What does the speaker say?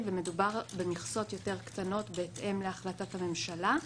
ומדובר במכסות יותר קטנות בהתאם להחלטת הממשלה,